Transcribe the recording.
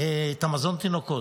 את מזון התינוקות.